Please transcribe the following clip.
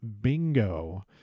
Bingo